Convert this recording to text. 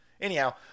Anyhow